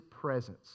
presence